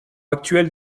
actuel